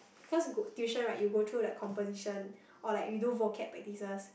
cause go tuition right like you go through like composition or like you do like vocab practices